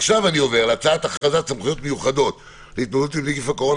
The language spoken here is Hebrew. עכשיו אני עובר להצעת הכרזת סמכויות מיוחדות להתמודדות עם נגיף הקורונה